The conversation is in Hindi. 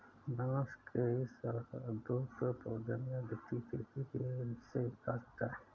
बांस के इस अद्भुत पौधे में अद्वितीय तेजी से विकास होता है